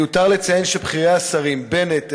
מיותר לציין שבכירי השרים: בנט,